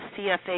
CFA